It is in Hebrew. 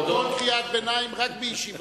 חבר הכנסת בר-און, כל קריאת ביניים, רק בישיבה.